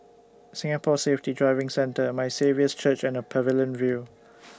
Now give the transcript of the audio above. Singapore Safety Driving Centre My Saviour's Church and Pavilion View